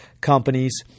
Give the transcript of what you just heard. companies